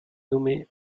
nommée